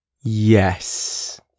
Yes